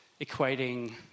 equating